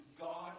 God